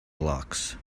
blocks